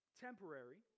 temporary